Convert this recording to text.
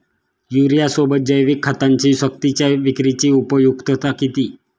युरियासोबत जैविक खतांची सक्तीच्या विक्रीची उपयुक्तता किती?